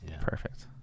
Perfect